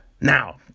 Now